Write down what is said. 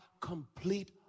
complete